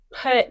put